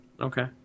Okay